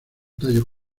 tallo